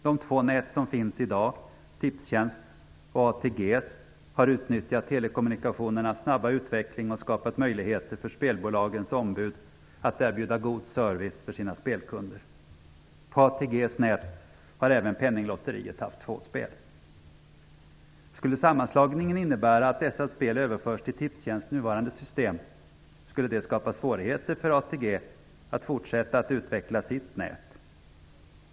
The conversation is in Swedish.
De två nät som finns i dag, Tipstjänsts och ATG:s, har utnyttjat telekommunikationernas snabba utveckling och skapat möjligheter för spelbolagens ombud att erbjuda god service för sina spelkunder. På ATG:s nät har även Penninglotteriet haft två spel. Skulle sammanslagningen innebära att dessa spel överförs till Tipstjänsts nuvarande system skulle det skapa svårigheter för ATG att fortsätta att utveckla sitt nät.